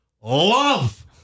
Love